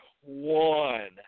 one